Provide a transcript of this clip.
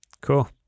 Cool